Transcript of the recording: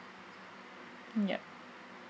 yup